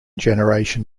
generation